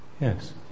Yes